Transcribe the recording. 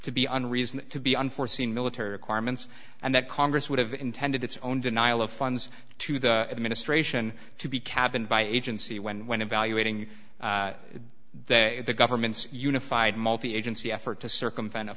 to be an reason to be unforeseen military requirements and that congress would have intended its own denial of funds to the administration to be cabin by agency when when evaluating the the government's unified multi agency effort to circumvent